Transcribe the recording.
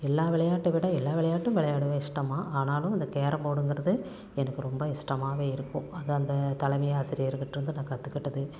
எல்லா விளையாட்டை விட எல்லா விளையாட்டும் விளையாடுவேன் இஷ்டமாக ஆனாலும் இந்த கேரம் போர்டுங்கிறது எனக்கு ரொம்ப இஷ்டமாகவே இருக்கும் அது அந்த தலைமை ஆசிரியர்டேருந்து நான் கற்றுக்கிட்டது